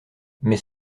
mais